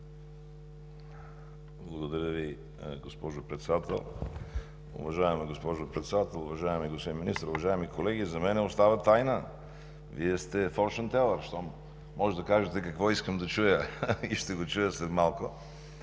Благодаря Ви, госпожо Председател. Уважаема госпожо Председател, уважаеми господин Министър, уважаеми колеги! За мен остава тайна. Вие сте форчън телър, щом може да кажете какво искам да чуя и ще го чуя след малко.